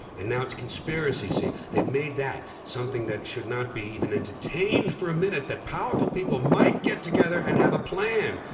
and now it's conspiracy. see they made that something that should not be even entertained for a minute that powerful people might get together and have a plan!